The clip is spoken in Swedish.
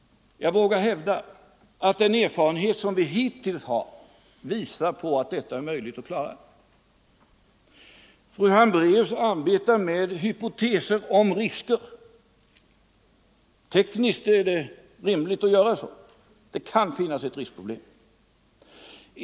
Jag vågar hävda att den erfarenhet som vi hittills har visar på att detta är möjligt att klara. Fru Hambraeus arbetar med hypoteser om risker. Tekniskt är det rimligt att göra så. Det kan finnas ett riskproblem.